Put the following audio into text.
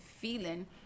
feeling